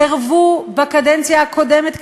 סירבו בקדנציה הקודמת,